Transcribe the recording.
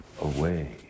away